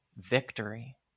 victory